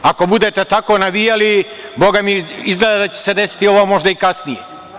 Ako budete tako navijali, bogami, izgleda da će se desiti ovo možda i kasnije.